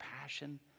passion